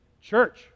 Church